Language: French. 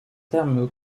terme